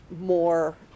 more